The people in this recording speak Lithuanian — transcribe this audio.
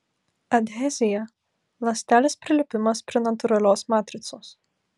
adhezija ląstelės prilipimas prie natūralios matricos